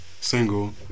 single